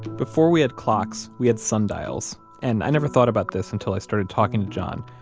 before we had clocks, we had sundials, and i never thought about this until i started talking to john,